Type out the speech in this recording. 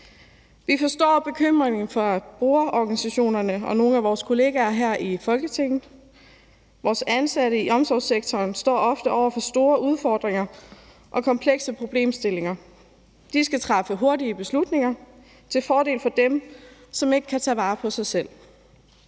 Vi forstår bekymringen fra brugerorganisationerne og nogle af vores kollegaer her i Folketinget. Vores ansatte i omsorgssektoren står ofte over for store udfordringer og komplekse problemstillinger. De skal træffe hurtige beslutninger til fordel for dem, som ikke kan tage vare på sig selv.